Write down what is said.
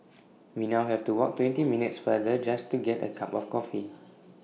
we now have to walk twenty minutes farther just to get A cup of coffee